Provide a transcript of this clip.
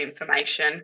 information